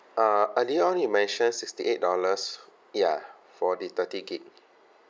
uh earlier on you mentioned sixty eight dollars ya for the thirty gig